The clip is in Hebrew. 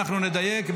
אנחנו נדייק.